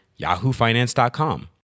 yahoofinance.com